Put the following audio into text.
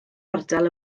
ardal